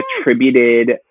attributed